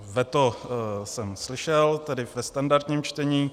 Veto jsem slyšel, tedy ve standardním čtení.